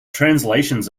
translations